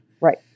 Right